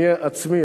"אני עצמי",